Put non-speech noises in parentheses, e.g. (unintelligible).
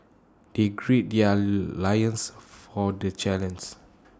they gird their (noise) loins for the (unintelligible)